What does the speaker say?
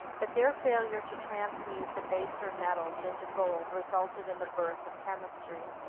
but their failure to transmute the baser metals into gold resulted in the birth of chemistry.